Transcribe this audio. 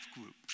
groups